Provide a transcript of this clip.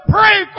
Pray